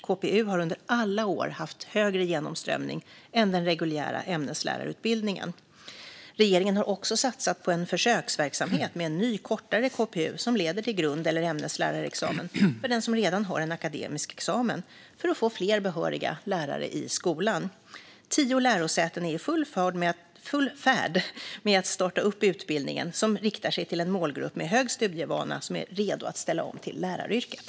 KPU har under alla år haft högre genomströmning än den reguljära ämneslärarutbildningen. Regeringen har också satsat på en försöksverksamhet med en ny kortare KPU som leder till grund eller ämneslärarexamen för den som redan har en akademisk examen för att få fler behöriga lärare i skolan. Tio lärosäten är i full färd med att starta upp utbildningen, som riktar sig till en målgrupp med hög studievana och som är redo att ställa om till läraryrket.